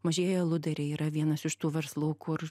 mažieji aludariai yra vienas iš tų verslų kur